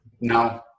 no